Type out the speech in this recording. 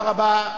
תודה רבה.